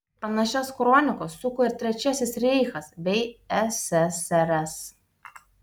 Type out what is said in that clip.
panašias kronikas suko ir trečiasis reichas bei ssrs